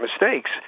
mistakes